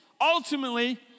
ultimately